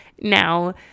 now